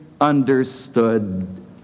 understood